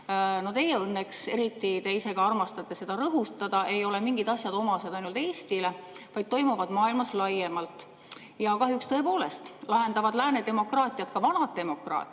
Teie õnneks, te ise armastate seda ka rõhutada, ei ole mingid asjad omased ainult Eestile, vaid toimuvad maailmas laiemalt. Kahjuks tõepoolest lahendavad lääne demokraatiad, ka vanad demokraatiad,